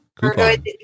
Coupon